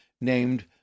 named